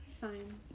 fine